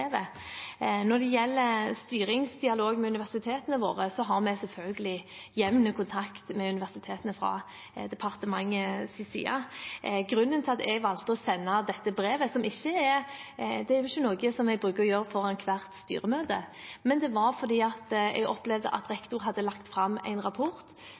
Når det gjelder styringsdialogen med universitetene våre, har vi selvfølgelig jevn kontakt med universitetene fra departementets side. Grunnen til at jeg valgte å sende dette brevet, som ikke er noe jeg bruker å gjøre foran hvert styremøte, var at jeg opplevde at rektoren hadde lagt fram en rapport